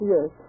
Yes